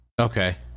Okay